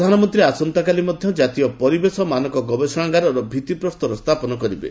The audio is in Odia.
ପ୍ରଧାନମନ୍ତ୍ରୀ ଆସନ୍ତାକାଲି ମଧ୍ୟ ଜାତୀୟ ପରିବେଶ ମାନକ ଗବେଷଣାଗାରର ଭିତ୍ତି ପ୍ରସ୍ତର ସ୍ଥାପନ କରିବେ